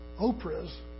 Oprah's